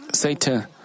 Satan